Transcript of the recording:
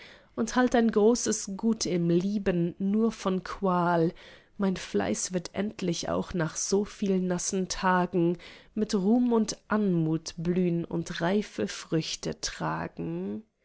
und halt ein großes gut im lieben nur vor qual mein fleiß wird endlich auch nach so viel nassen tagen mit ruhm und anmut blühn und reife früchte tragen